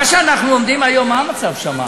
מה שאנחנו עומדים היום, מה המצב שם?